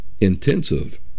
intensive